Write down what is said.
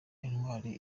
intwari